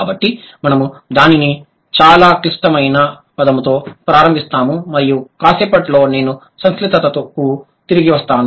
కాబట్టి మనము దానిని చాలా క్లిష్టమైన పదంతో ప్రారంభిస్తాము మరియు కాసేపట్లో నేను సంక్లిష్టతకు తిరిగి వస్తాను